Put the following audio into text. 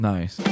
Nice